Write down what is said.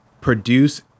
produce